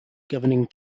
governing